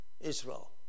Israel